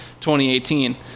2018